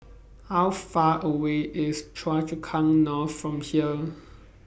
How Far away IS Choa Chu Kang North from here